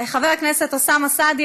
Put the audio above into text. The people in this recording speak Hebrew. חבר הכנסת אוסאמה סעדי.